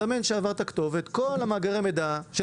מסמל שעברת כתובת וכל מאגרי המידע של